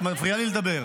את מפריעה לי לדבר.